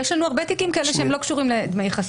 יש לנו הרבה תיקים כאלה שהם לא קשורים לדמי חסות,